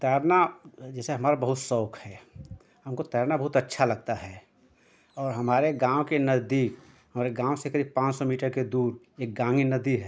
तैरना जैसे हमारा बहुत शौक़ है हमको तैरना बहुत अच्छा लगता है और हमारे गाँव के नज़दीक हमारे गाँव से करीब पाँच सौ मीटर के दूर एक गांगी नदी है